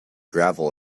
gravel